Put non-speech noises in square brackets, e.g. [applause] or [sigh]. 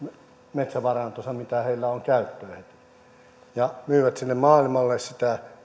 metsävarantonsa mitä heillä on käytettävänä ja myyvät sinne maailmalle sitä [unintelligible]